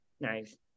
Nice